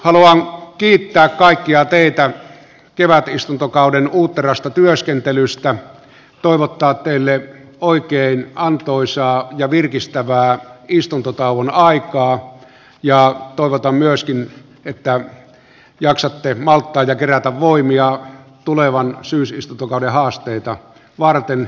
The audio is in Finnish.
haluan kiittää kaikkia teitä kevätistuntokauden uutterasta työskentelystä ja toivottaa teille oikein antoisaa ja virkistävää istuntotauon aika ja tavata myöskin että jaksatte malttaa ja kerätä voimia ja tulevan syysistuntokauden haasteita varten